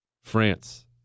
France